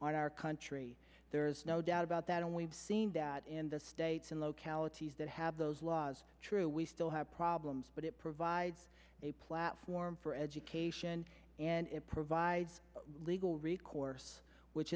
on our country there's no doubt about that and we've seen that in the states and localities that have those laws true we still have problems but it provides a platform for education and it provides legal recourse which